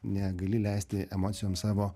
negali leisti emocijoms savo